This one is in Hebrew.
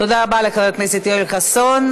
תודה רבה לחבר הכנסת יואל חסון.